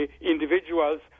individuals